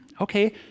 okay